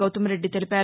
గౌతమ్రెడ్డి తెలిపారు